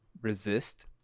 resist